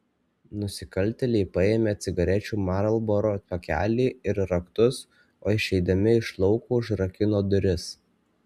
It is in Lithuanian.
nusikaltėliai paėmė cigarečių marlboro pakelį ir raktus o išeidami iš lauko užrakino duris